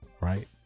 Right